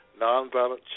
nonviolent